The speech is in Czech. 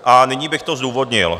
A nyní bych to zdůvodnil.